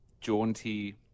jaunty